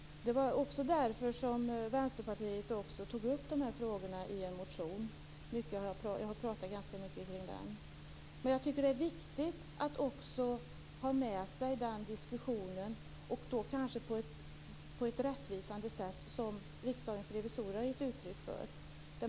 Det var också därför som Vänsterpartiet tog upp dessa frågor i en motion, som jag har talat ganska mycket om. Det är viktigt att också ha med sig den diskussion som Riksdagens revisorer på ett rättvisande sätt har gett uttryck för.